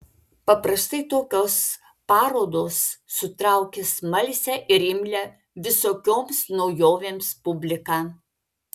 paprastai tokios parodos sutraukia smalsią ir imlią visokioms naujovėms publiką